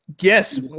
Yes